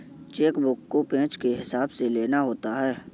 check book को page के हिसाब से लेना होता है